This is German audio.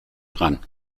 dran